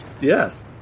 yes